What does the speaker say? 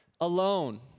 alone